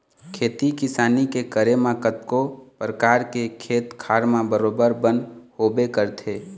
खेती किसानी के करे म कतको परकार के खेत खार म बरोबर बन होबे करथे